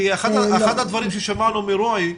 כי אחד הדברים ששמענו מרועי,